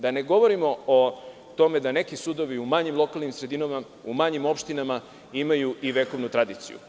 Da ne govorimo o tome da neki sudovi u manjim lokalnim sredinama, u manjim opštinama imaju i vekovnu tradiciju.